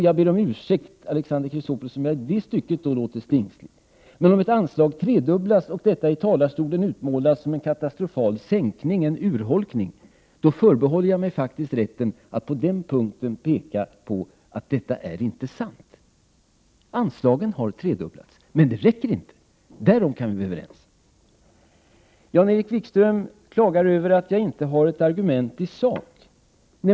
Jag ber om ursäkt, Alexander Chrisopoulos, om jag i det stycket låter stingslig, men om ett anslag tredubblas och detta i talarstolen utmålas som en katastrofal sänkning och urholkning, då förbehåller jag mig faktiskt rätten att på den punkten peka på att det inte är sant. Anslagen har tredubblats, men det räcker inte — därom kan vi vara överens. Jan-Erik Wikström klagar över att jag inte har ett argument i sak.